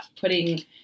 putting